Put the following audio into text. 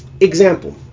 example